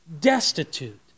destitute